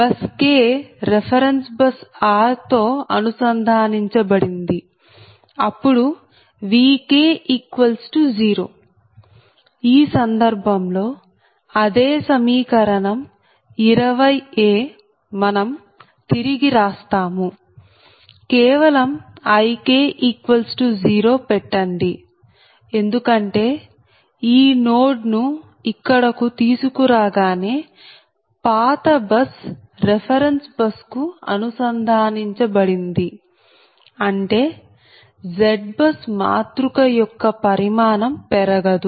bus k reference bus r తో అనుసంధానించబడింది అప్పుడు Vk0 ఈ సందర్భం లో అదే సమీకరణం 20 మనం తిరిగి రాస్తాము కేవలం Ik0 పెట్టండి ఎందుకంటే ఈ నోడ్ ను ఇక్కడకు తీసుకు రాగానే పాత బస్ రెఫెరెన్స్ బస్ కు అనుసంధానించబడింది అంటే ZBUS మాతృక యొక్క పరిమాణం పెరగదు